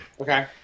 Okay